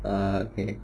ah okay